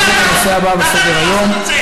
הצעקות האלה לא מוסיפות כבוד לאדוני.